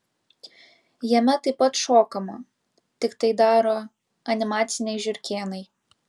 jame taip pat šokama tik tai daro animaciniai žiurkėnai